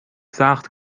سخت